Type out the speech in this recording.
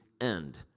end